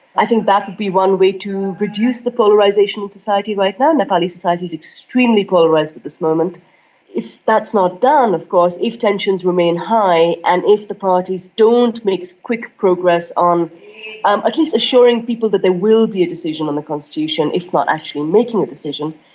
i think that would be one way to reduce the polarisation in society right now. nepalese society's extremely polarised at this moment. if that's not done, of course, if tensions remain high and if the parties don't make quick progress on um at least assuring people that there will be a decision on the constitution, if not actually making a decision,